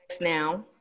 now